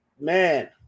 Man